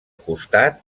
costat